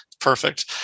Perfect